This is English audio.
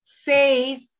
Faith